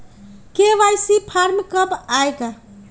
KYC form कब आए गा?